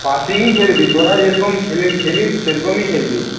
পাসিংই খেলবি তোরা যেরকম খেলিস সেরকমই খেলবি